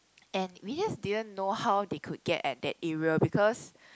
and we just didn't know how they could get at that area because